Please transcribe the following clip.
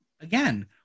Again